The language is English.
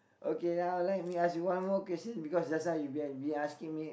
okay now let me ask you one more question because just now you been asking me